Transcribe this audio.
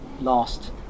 last